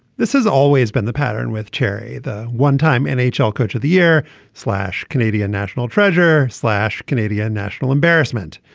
this has always been the pattern with cherry the one time and nhl coach of the year slash canadian national treasure slash canadian national embarrassment.